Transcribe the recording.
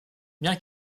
bien